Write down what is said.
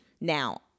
Now